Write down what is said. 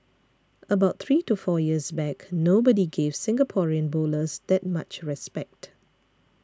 about three to four years back nobody gave Singaporean bowlers that much respect